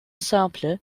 simple